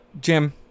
Jim